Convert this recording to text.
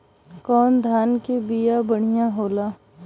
कौन धान के बिया बढ़ियां होला?